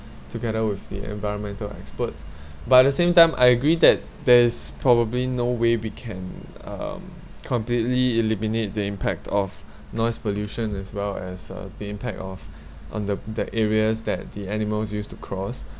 together with the environmental experts but at the same time I agree that there's probably no way we can um completely eliminate the impact of noise pollution as well as uh the impact of on the areas that the animals use to cross